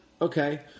okay